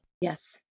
Yes